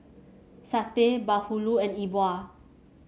satay bahulu and Yi Bua